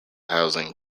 housing